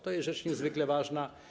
To jest rzecz niezwykle ważna.